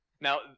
Now